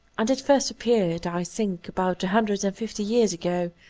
and it first appeared i think, about a hundred and fifty years ago,